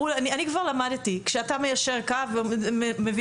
אני כבר למדתי שאם אתה מיישר קו עם הנתונים